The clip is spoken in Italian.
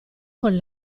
con